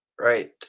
Right